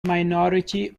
minority